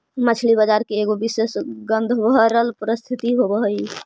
मछली बजार के एगो विशेष गंधभरल परिस्थिति होब हई